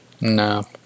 No